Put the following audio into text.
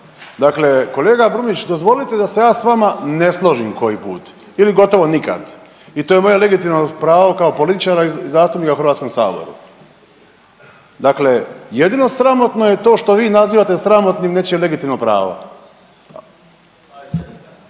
Dakle, kolega Brumnić dozvolite da se ja s vama ne složim koji put ili gotovo nikad i to je moje legitimno pravo kao politička i zastupnika u Hrvatskom saboru. Dakle, jedino sramotno je to što vi nazivate sramotnim nečije legitimno pravo.